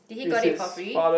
did he got it for free